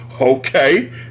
Okay